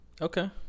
okay